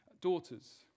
daughters